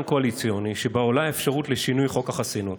קואליציוני שבו עולה אפשרות לשינוי חוק החסינות.